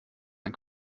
ein